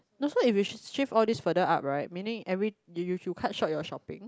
no so if you shift all this further up right meaning every you you cut short your shopping